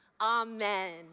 Amen